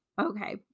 Okay